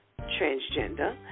transgender